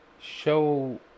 show